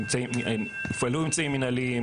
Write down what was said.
הופעלו אמצעים מנהליים,